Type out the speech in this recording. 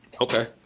Okay